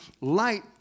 light